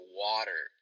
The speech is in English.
water